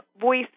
voice